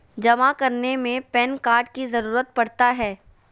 जमा करने में पैन कार्ड की जरूरत पड़ता है?